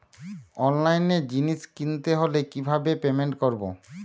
অনলাইনে জিনিস কিনতে হলে কিভাবে পেমেন্ট করবো?